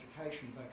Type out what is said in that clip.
education